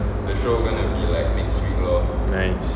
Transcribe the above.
nice